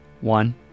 One